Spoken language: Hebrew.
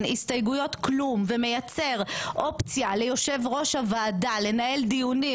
הסתייגויות כלום ומייצר אופציה ליושב ראש הוועדה לנהל דיונים